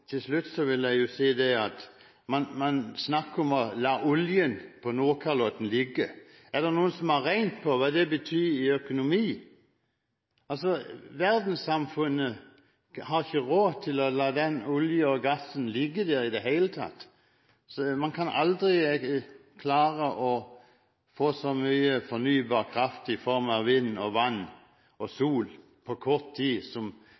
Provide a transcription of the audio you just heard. Til slutt vil jeg si at man snakker om å la oljen på Nordkalotten ligge. Er det noen som har regnet på hva det betyr for økonomien? Verdenssamfunnet har ikke råd til å la den oljen og gassen ligge der i det hele tatt. Man vil aldri klare å få så mye fornybar kraft i form av vind, vann og sol på kort tid,